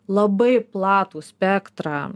labai platų spektrą